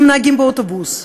עם נהגים באוטובוס,